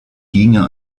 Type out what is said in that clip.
ginge